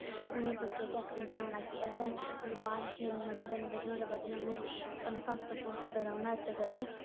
उनें बच्चे गी अस समझाना की असें होर बाह्र खेलना उंदे ने नोह्ड़े वजहा ने उनें स्वस्थ फुस्त रौह्ना इत्ते गल्ली